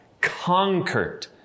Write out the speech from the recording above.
conquered